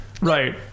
Right